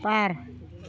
बार